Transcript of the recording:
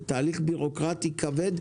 זה תהליך בירוקרטי כבד,